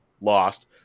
lost